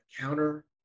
counter